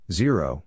zero